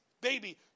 baby